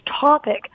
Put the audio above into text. topic